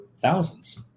thousands